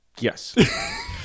yes